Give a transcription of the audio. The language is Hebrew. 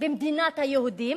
במדינת היהודים.